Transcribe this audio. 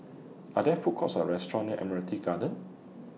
Are There Food Courts Or Restaurant near Admiralty Garden